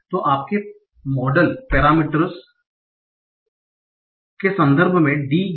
तो आपके model parameters के संदर्भ में D